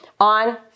on